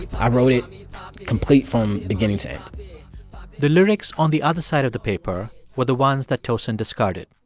i wrote it complete from beginning to end the lyrics on the other side of the paper were the ones that tosin discarded.